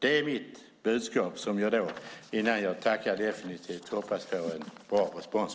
Det är mitt budskap innan jag tackar definitivt och hoppas på en bra respons.